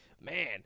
man